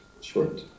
Short